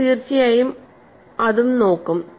നമ്മൾ തീർച്ചയായും അതു നോക്കും